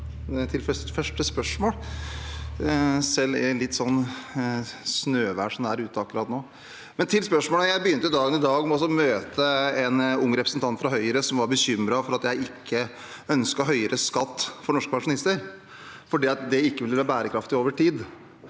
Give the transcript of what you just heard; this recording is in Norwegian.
til første spørsmål, selv i et sånt snøvær som det er ute akkurat nå. Til spørsmålet: Jeg begynte dagen i dag med å møte en ung representant fra Høyre som var bekymret for at jeg ikke ønsket høyere skatt for norske pensjonister, fordi det ikke ville være bærekraftig over tid.